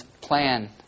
plan